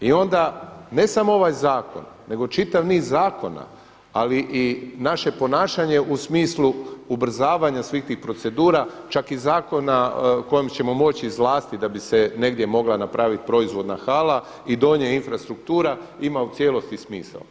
I onda ne samo ovaj zakon nego čitav niz zakona, ali i naše ponašanje u smislu ubrzavanja svih tih procedura čak i zakona kojim ćemo moći izvlastiti da bi se negdje mogla napraviti proizvodna hala i donja infrastruktura ima u cijelosti smisao.